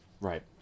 Right